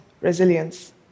resilience